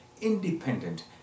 independent